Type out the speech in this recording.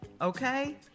Okay